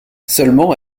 seulement